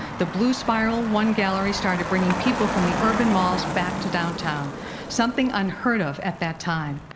the blue spiral one gallery started bringing people from the urban malls back to downtown something unheard of at that time.